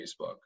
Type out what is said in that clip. Facebook